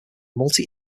multi